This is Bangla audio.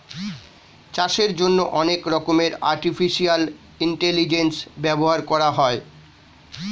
চাষের জন্যে অনেক রকমের আর্টিফিশিয়াল ইন্টেলিজেন্স ব্যবহার করা হয়